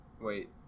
Wait